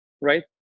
right